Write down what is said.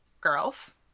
Girls